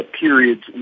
periods